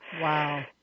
Wow